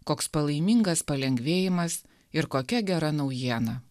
koks palaimingas palengvėjimas ir kokia gera naujiena